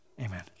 Amen